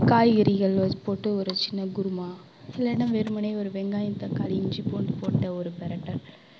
காய்கறிகளில் போட்டு ஒரு சின்ன குருமா இல்லைனா வெறுமனே ஒரு வெங்காயம் தக்காளி இஞ்சி பூண்டு போட்ட ஒரு பிரட்டல்